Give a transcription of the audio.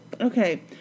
Okay